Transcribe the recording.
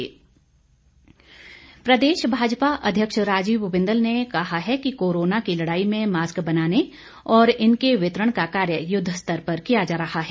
बिंदल प्रदेश भाजपा अध्यक्ष राजीव बिन्दल ने कहा कि कोरोना की लड़ाई में मास्क बनाने और इनके वितरण का कार्य युद्ध स्तर पर किया जा रहा है